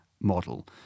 model